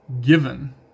given